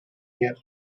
year